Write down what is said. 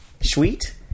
Sweet